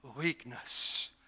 weakness